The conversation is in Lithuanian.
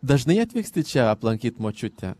dažnai atvyksti čia aplankyt močiutę